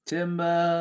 Timber